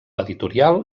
editorial